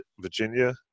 Virginia